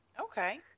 okay